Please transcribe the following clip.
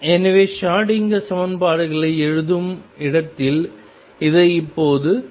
எனவே ஷ்ரோடிங்கர் சமன்பாடுகளை எழுதும் இடத்தில் இதை இப்போது தீர்ப்போம்